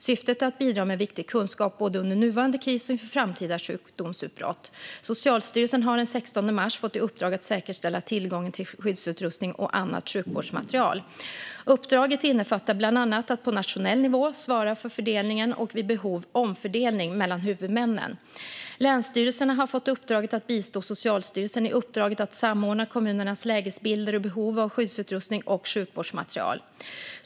Syftet är att bidra med viktig kunskap både under nuvarande kris och inför framtida sjukdomsutbrott. Socialstyrelsen fick den 16 mars i uppdrag att säkerställa tillgången till skyddsutrustning och annat sjukvårdsmaterial. Uppdraget innefattar bland annat att på nationell nivå svara för fördelningen - och vid behov omfördelning - mellan huvudmännen. Länsstyrelserna har fått uppdraget att bistå Socialstyrelsen i uppdraget att samordna kommunernas lägesbilder och behov av skyddsutrustning och sjukvårdsmaterial.